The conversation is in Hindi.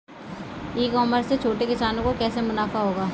ई कॉमर्स से छोटे किसानों को कैसे मुनाफा होगा?